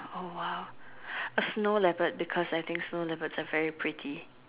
oh !wow! a snow leopard because I think snow leopards are very pretty